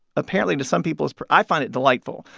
apparently to some people it's i find it delightful,